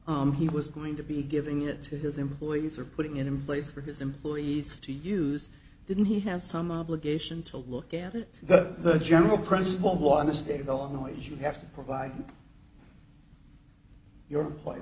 on he was going to be giving it to his employees or putting it in place for his employees to use didn't he have some obligation to look at it but the general principle was the state of illinois you have to provide your employer